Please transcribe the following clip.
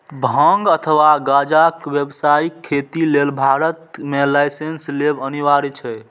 भांग अथवा गांजाक व्यावसायिक खेती लेल भारत मे लाइसेंस लेब अनिवार्य छै